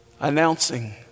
announcing